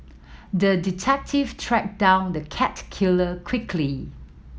the detective tracked down the cat killer quickly